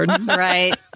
Right